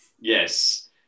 Yes